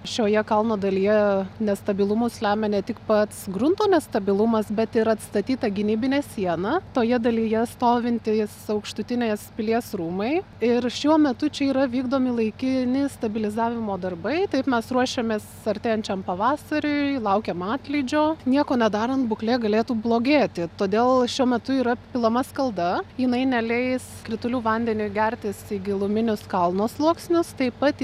šioje kalno dalyje nestabilumus lemia ne tik pats grunto nestabilumas bet ir atstatyta gynybinė siena toje dalyje stovintys aukštutinės pilies rūmai ir šiuo metu čia yra vykdomi laikini stabilizavimo darbai taip mes ruošiamės artėjančiam pavasariui laukiam atlydžio nieko nedarant būklė galėtų blogėti todėl šiuo metu yra pilama skalda jinai neleis kritulių vandeniui gertis į giluminius kalno sluoksnius taip pat